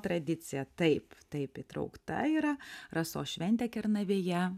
tradicija taip taip įtraukta yra rasos šventė kernavėje